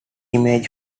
image